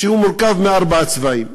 שמורכב מארבעה צבעים.